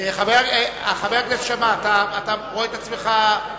חבר הכנסת כרמל שאמה, אתה רואה את עצמך מוסמך?